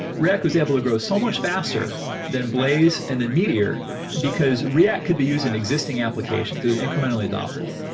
react was able to grow so much faster than blaze and then meteor because react could be used in existing applications. it was incrementally adoptable.